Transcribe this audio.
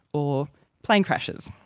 or plane crashes.